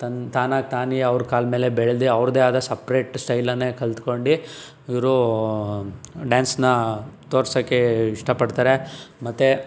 ತನ್ ತಾನಾಗಿ ತಾನೇ ಅವರ ಕಾಲ ಮೇಲೆ ಬೆಳೆದು ಅವರದೇ ಆದ ಸಪ್ರೇಟ್ ಸ್ಟೈಲನ್ನೇ ಕಲ್ತ್ಕೊಂಡು ಇವರು ಡ್ಯಾನ್ಸ್ನ ತೋರ್ಸಕ್ಕೆ ಇಷ್ಟಪಡ್ತಾರೆ ಮತ್ತು